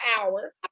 hour